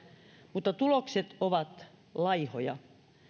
mutta tulokset ovat laihoja